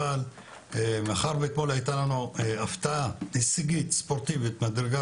אבל מאחר ואתמול הייתה לנו הפתעה הישגית ממדרגה